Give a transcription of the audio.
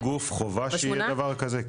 יש להם, בכל גוף שיש דבר כזה.